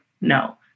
No